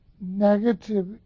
negative